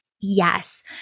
yes